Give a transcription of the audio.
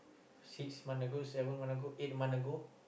six month ago seven month ago eight month ago